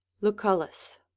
lucullus